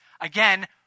again